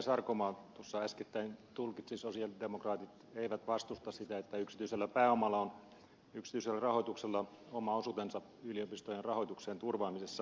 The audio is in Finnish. sarkomaa äskettäin tulkitsi sosialidemokraatit eivät vastusta sitä että yksityisellä pääomalla yksityisellä rahoituksella on oma osuutensa yliopistojen rahoituksen turvaamisessa